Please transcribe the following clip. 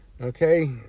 okay